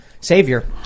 Savior